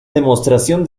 demostración